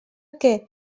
que